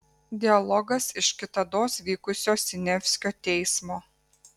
dialogas iš kitados vykusio siniavskio teismo